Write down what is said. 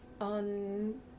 on